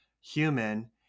human